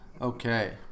Okay